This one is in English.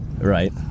Right